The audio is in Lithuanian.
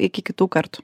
iki kitų kartų